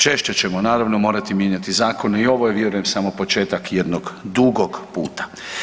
Češće ćemo, naravno, morati mijenjati zakone, i ovo je, vjerujem, samo početak jednog dugog puta.